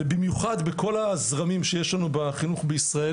ובמיוחד בכל הזרמים שיש לנו בחינוך בישראל